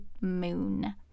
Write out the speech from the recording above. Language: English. moon